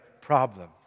problem